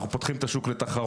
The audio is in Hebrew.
אנחנו פותחים את השוק לתחרות,